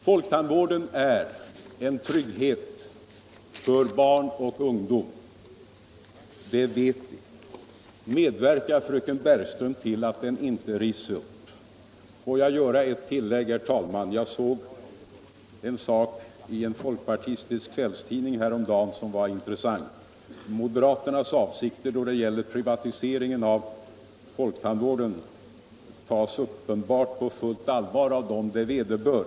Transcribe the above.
Folktandvården är en trygghet för barn och ungdom — det vet vi. Medverka. fröken Bergswröm,. till att den inte rivs upp! Jag såg en sak i en folkpartistisk kvällstidning häromdagen som var intressant. Moderaternas avsikter då det gäller privatiseringen av folktandvården tas uppenbart på allvar av dem det vederbör.